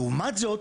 לעומת זאת,